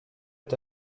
est